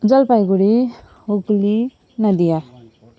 Jalpaiguri Hooghly Nadia